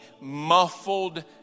muffled